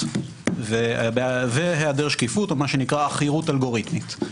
והיעדר שקיפות או חירות אלגוריתמית.